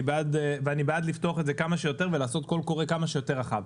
בעד לפתוח את זה כמה שיותר ולעשות קול קורא כמה שיותר רחב,